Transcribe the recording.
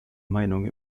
meinung